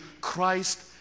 Christ